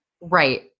Right